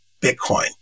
Bitcoin